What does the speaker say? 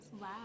Wow